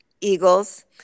Eagles